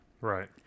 Right